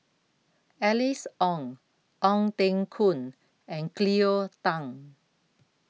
Alice Ong Ong Teng Koon and Cleo Thang